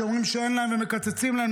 שאומרים להם שאין ומקצצים להם,